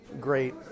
great